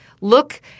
Look